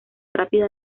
rápida